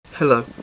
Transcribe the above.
Hello